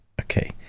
Okay